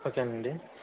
ఓకేనండి